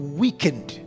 weakened